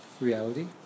reality